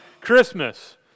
Christmas